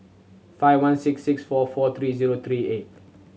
five one six six four four three zero three eight